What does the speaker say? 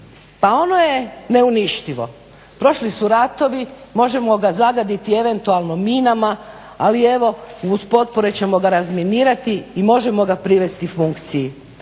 Pa ono je neuništivo. Prošli su ratovi, možemo ga zagaditi eventualno minama, ali evo uz potpore ćemo ga razminirati i možemo ga privesti funkciji.